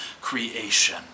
creation